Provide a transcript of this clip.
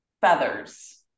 feathers